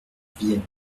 vienne